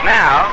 now